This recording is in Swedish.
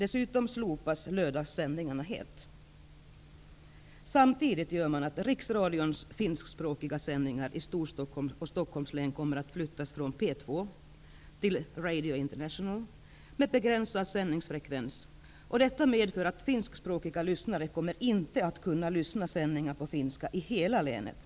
Storstockholm och Stockholms län kommer samtidigt att flyttas från P 2 till Radio International med begränsad sändningsfrekvens. Detta medför att finskspråkiga lyssnare inte kommer att kunna lyssna på sändningar på finska i hela länet.